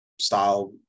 style